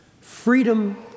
Freedom